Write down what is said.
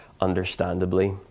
understandably